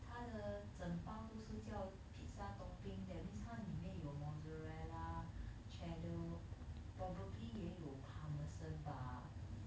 他的整包都是叫 pizza topping that menas 它里面有 mozzerella cheddar probably 也有 parmesan 吧